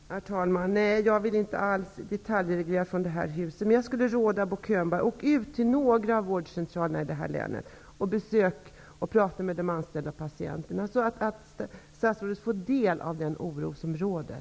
Herr talman! Nej, jag vill inte alls ha en detaljreglering från detta hus. Men jag råder Bo Könberg att åka ut till några av vårdcentralerna i länet. Prata med de anställda och patienterna, så får statsrådet ta del av den oro som råder.